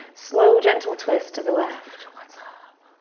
slow, gentle twist to the left. what's up?